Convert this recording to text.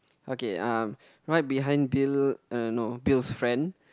okay uh right behind Bill um no Bill's friend